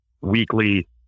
weekly